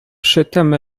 przytem